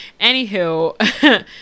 Anywho